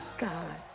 God